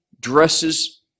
dresses